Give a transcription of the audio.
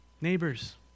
Neighbors